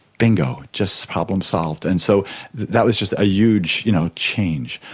bingo, just problem solved. and so that was just a huge you know change.